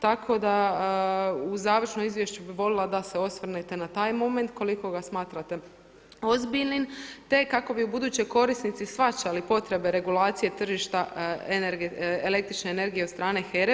Tako da u završnom izvješću bih voljela da se osvrnete na taj moment ukoliko ga smatrate ozbiljnim, te kako bi u buduće korisnici shvaćali potrebe regulacije tržišta električne energije od strane HERA-e.